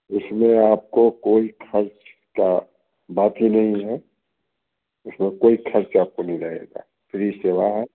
उसमें आपको कोई खर्च का बात ही नहीं है उसमें कोई खर्चा आपको नहीं लगेगा फ्री सेवा है